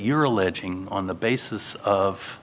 you're alleging on the basis